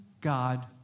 God